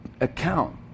account